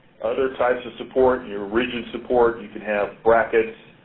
other types of support, your rigid support. you could have brackets.